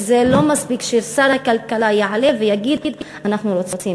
וזה לא מספיק ששר הכלכלה יעלה ויגיד, אנחנו עושים.